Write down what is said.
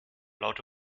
laut